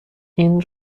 این